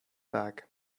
bag